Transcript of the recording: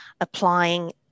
applying